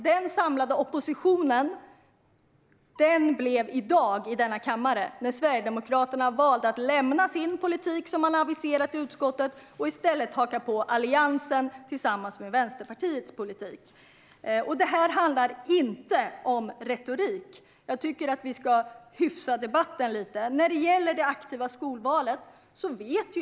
Den samlade oppositionen uppstod i dag här i kammaren när Sverigedemokraterna valde att lämna sin politik - den som man hade aviserat i utskottet - och i stället haka på Alliansens och Vänsterpartiets förslag. Detta handlar inte om retorik. Jag tycker att vi ska hyfsa till debatten lite.